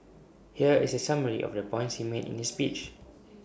here is A summary of the points he made in the speech